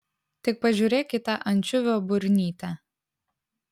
tik pažiūrėk į tą ančiuvio burnytę